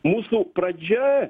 mūsų pradžia